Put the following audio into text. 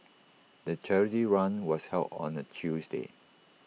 the charity run was held on A Tuesday